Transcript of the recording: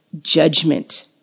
judgment